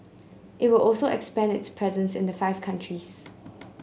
it will also expand its presence in the five countries